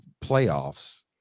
playoffs